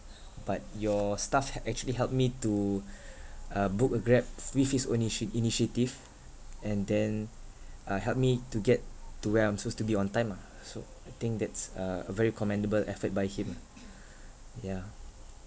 but your staff had actually help me to uh book a grab with his own ini~ initiative and then uh help me to get to where I'm supposed to be on time ah so I think that's a a very commendable effort by him ah yeah